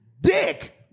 dick